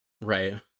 Right